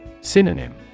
Synonym